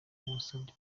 wasabye